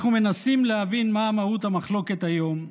אנחנו מנסים להבין מה מהות המחלוקת היום,